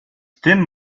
tym